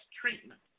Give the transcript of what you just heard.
treatment